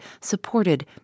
supported